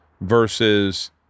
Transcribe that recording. versus